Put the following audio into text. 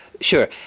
Sure